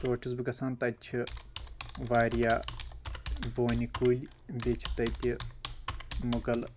تور چھُس بہٕ گژھان تَتہِ چھ واریاہ بونہِ کُلۍ بیٚیہِ چھ تَتہِ مُغل